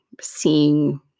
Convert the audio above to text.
seeing